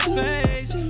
face